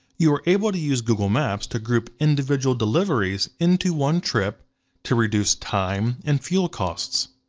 you are able to use google maps to group individual deliveries into one trip to reduce time and fuel costs.